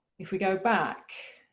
if we go back